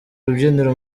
rubyiniro